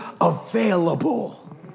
available